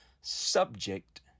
subject